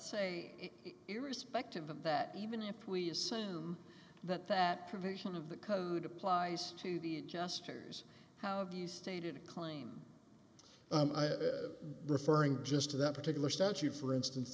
say irrespective of that even if we assume that that provision of the code applies to the gestures how do you stated a claim referring just to that particular statute for instance